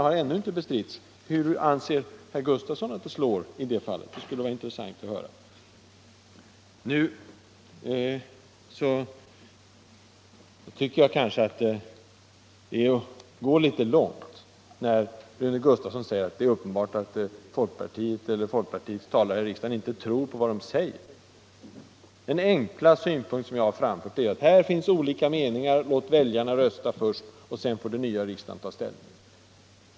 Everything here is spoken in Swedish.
De har ännu inte bestritts. Hur anser herr Gustavsson i Alvesta att det slår i det fallet? Det skulle vara intressant att höra. Det går litet långt när Rune Gustavsson säger att det är uppenbart att folkpartiets talare här i riksdagen inte tror på vad de säger. Den enkla synpunkt som jag har framfört är att här finns olika meningar; låt väljarna rösta först, och sedan får den nya riksdagen ta ställning.